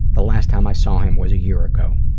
the last time i saw him was a year ago.